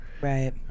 Right